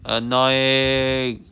annoying